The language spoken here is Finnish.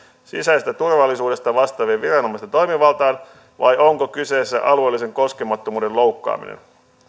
sisäisestä turvallisuudesta vastaavien viranomaisten toimivaltaan vai onko kyseessä alueellisen koskemattomuuden loukkaaminen